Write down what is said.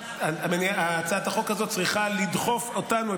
הצעת החוק הזאת צריכה לדחוף אותנו,